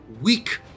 weak